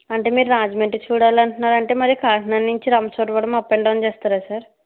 అంటే మీరు రాజమండ్రి చూడాలంటున్నారు అంటే కాకినాడ నుంచి రంపచోడవరం అప్ అండ్ డౌన్ చేస్తారా సార్